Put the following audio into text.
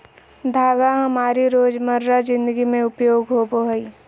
धागा हमारी रोजमर्रा जिंदगी में उपयोगी होबो हइ